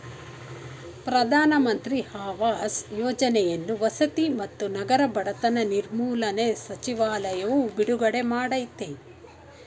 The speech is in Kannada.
ಪ್ರಧಾನ ಮಂತ್ರಿ ಆವಾಸ್ ಯೋಜನೆಯನ್ನು ವಸತಿ ಮತ್ತು ನಗರ ಬಡತನ ನಿರ್ಮೂಲನೆ ಸಚಿವಾಲಯವು ಬಿಡುಗಡೆ ಮಾಡಯ್ತೆ